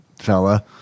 fella